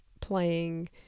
playing